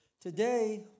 Today